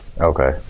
Okay